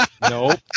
Nope